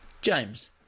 James